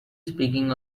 speaking